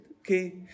Okay